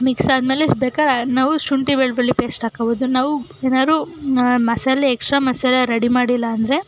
mix ಆದಮೇಲೆ ಬೇಕಾರೆ ನಾವು ಶುಂಠಿ ಬೆಳ್ಳುಳ್ಳಿ ಪೇಸ್ಟ್ ಹಾಕಬೋದು ನಾವು ಏನಾದ್ರೂ ಮಸಾಲೆ ಎಕ್ಸ್ಟ್ರಾ ಮಸಾಲೆ ರೆಡಿ ಮಾಡಿಲ್ಲ ಅಂದರೆ